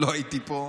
לא הייתי פה,